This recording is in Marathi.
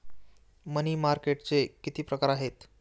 मनी मार्केटचे किती प्रकार आहेत?